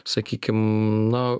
sakykim na